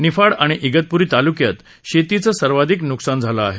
निफाड आणि इगतप्री ताल्क्यात शेतीचं सर्वाधिक न्कसान झालं आहे